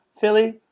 Philly